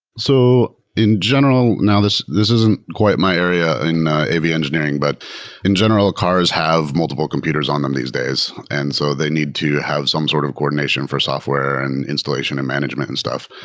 so, in general now, this this isn't quite my area in ab engineering. but in general, cars have multiple computers on them these days, and so they need to have some sort of coordination for software and installation and management and stuff.